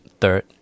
third